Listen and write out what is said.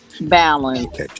balance